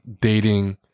dating